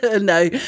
no